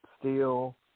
steel